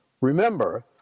Remember